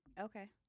Okay